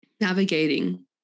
navigating